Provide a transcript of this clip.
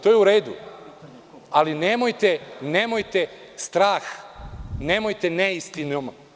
To je u redu, ali nemojte strah, nemojte neistine.